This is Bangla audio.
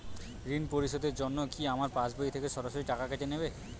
ঋণ পরিশোধের জন্য কি আমার পাশবই থেকে সরাসরি টাকা কেটে নেবে?